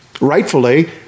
rightfully